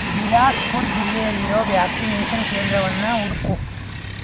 ಬಿಲಾಸ್ಪುರ್ ಜಿಲ್ಲೆಯಲ್ಲಿರೊ ವ್ಯಾಕ್ಸಿನೇಷನ್ ಕೇಂದ್ರವನ್ನು ಹುಡುಕು